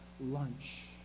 lunch